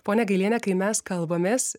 ponia gailiene kai mes kalbamės